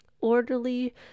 orderly